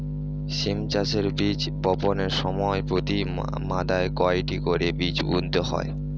সিম চাষে বীজ বপনের সময় প্রতি মাদায় কয়টি করে বীজ বুনতে হয়?